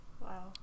Wow